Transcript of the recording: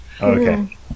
Okay